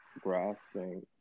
grasping